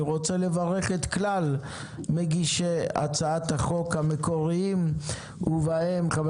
אני רוצה לברך את כלל מגישי הצעת החוק המקוריים ובהם חבר